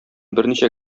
берничә